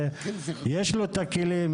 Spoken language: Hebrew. יש לו את הכלים,